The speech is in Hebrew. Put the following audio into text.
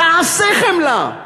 תעשה חמלה.